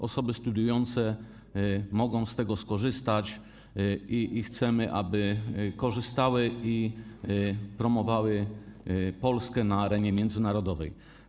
Osoby studiujące mogą z tego projektu skorzystać i chcemy, aby korzystały i promowały Polskę na arenie międzynarodowej.